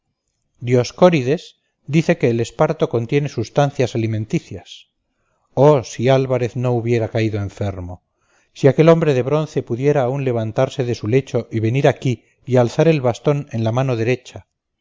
de estera dioscórides dice que el esparto contiene sustancias alimenticias oh si álvarez no hubiera caído enfermo si aquel hombre de bronce pudiera aún levantarse de su lecho y venir aquí y alzar el bastón en la mano derecha